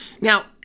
Now